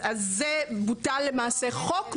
אז בוטל למעשה חוק,